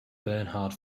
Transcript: bernhard